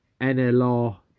NLR